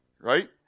right